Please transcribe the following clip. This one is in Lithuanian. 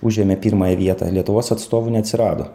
užėmė pirmąją vietą lietuvos atstovų neatsirado